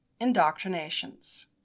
indoctrinations